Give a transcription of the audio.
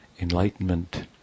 enlightenment